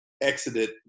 exited